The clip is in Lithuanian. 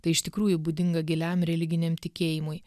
tai iš tikrųjų būdinga giliam religiniam tikėjimui